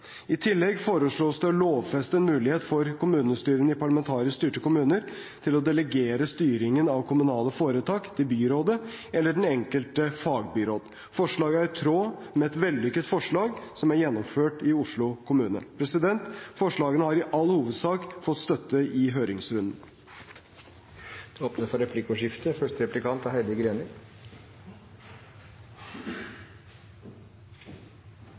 I tillegg foreslås det å lovfeste en mulighet for kommunestyrene i parlamentarisk styrte kommuner til å delegere styringen av kommunale foretak til byrådet eller til den enkelte fagbyråd. Forslaget er i tråd med et vellykket forslag som er gjennomført i Oslo kommune. Forslagene har i all hovedsak fått støtte i høringsrunden. Det blir replikkordskifte.